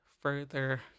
further